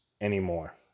anymore